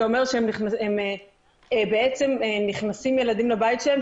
זה אומר שבעצם נכנסים ילדים לבית שלהן,